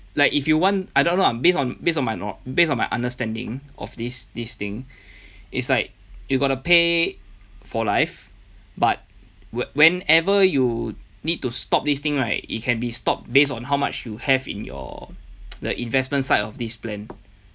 like if you want I don't know lah based on based on my kno~ based on my understanding of this this thing it's like you gotta pay for life but whenever you need to stop this thing right it can be stopped based on how much you have in your the investment side of this plan